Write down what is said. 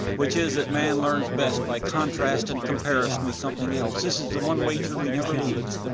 which is that man learns best by contrast and comparison with something else. this is the one wager we never lose.